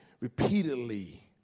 repeatedly